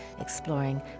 exploring